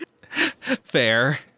Fair